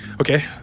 okay